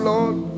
Lord